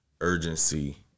urgency